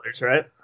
right